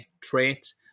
traits